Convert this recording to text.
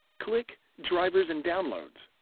click drivers and downloads.